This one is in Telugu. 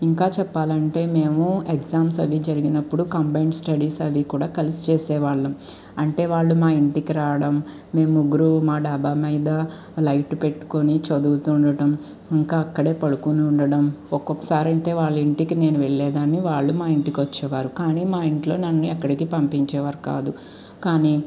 ఇంకా చెప్పాలంటే మేము ఎగ్జామ్స్ అవి జరిగినప్పుడు కంబైన్ స్టడీస్ అది కూడా కలిసి చేసేవాళ్ళం అంటే వాళ్ళు మా ఇంటికి రావడం మేము గురువు మా డాబా మీద లైట్ పెట్టుకొని చదువుతూ ఉండటం ఇంకా అక్కడే పడుకుని ఉండడం ఒక్కొక్కసారి అయితే వాళ్ళ ఇంటికి నేను వెళ్ళలేదని వాళ్ళు మా ఇంటికి వచ్చేవారు కానీ మా ఇంట్లో నన్ను ఎక్కడికి పంపించేవారు కాదు కానీ